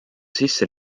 sisse